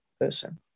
person